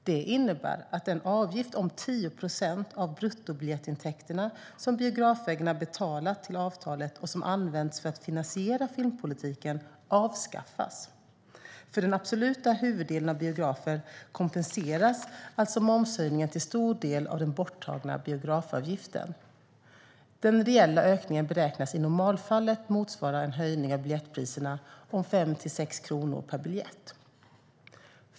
Det innebär att den avgift om 10 procent av bruttobiljettintäkterna som biografägarna betalat till avtalet och som använts för att finansiera filmpolitiken avskaffas. För den absoluta huvuddelen av biografer kompenseras alltså momshöjningen till stor del av den borttagna biografavgiften. Den reella ökningen beräknas i normalfallet motsvara en höjning av biljettpriserna om 5-6 kronor per biljett.